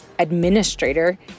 administrator